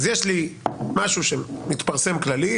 אז יש לי משהו שמתפרסם כללי,